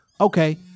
okay